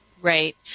Right